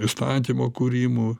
įstatymo kūrimų